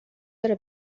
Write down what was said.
داره